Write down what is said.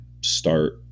start